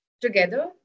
together